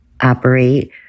operate